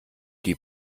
die